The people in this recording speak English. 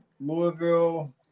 Louisville